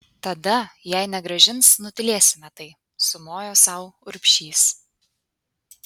tada jei negrąžins nutylėsime tai sumojo sau urbšys